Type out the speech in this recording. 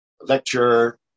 lecture